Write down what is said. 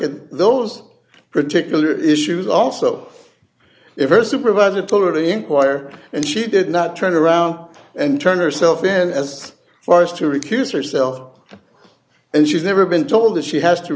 at those particular issues also if her supervisor told her to inquire and she did not turn around and turn herself in as far as to recuse herself and she's never been told that she has to